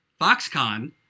Foxconn